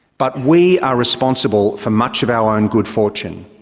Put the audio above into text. but we are responsible for much of our own good fortune.